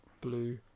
blue